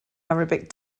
arabic